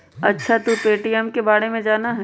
अच्छा तू पे.टी.एम के बारे में जाना हीं?